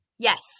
Yes